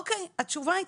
התשובה הייתה,